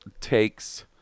takes